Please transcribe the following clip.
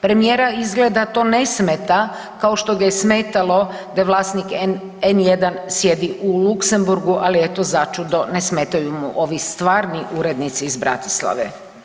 Premijera izgleda to ne smeta kao što ga je smetalo da je vlasnik N1 sjedi u Luksemburgu, ali eto začudo ne smetaju mu ovi stvarni urednici iz Bratislave.